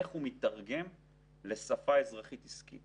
איך הוא מתרגם לשפה אזרחית עסקית